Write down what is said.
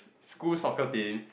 school soccer team